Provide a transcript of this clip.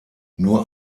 nur